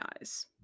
eyes